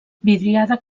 vidriada